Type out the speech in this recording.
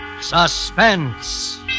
Suspense